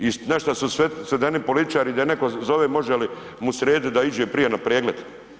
I na što su sve ... političari da neko zove može li mu srediti da ide prije na pregled.